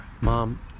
Mom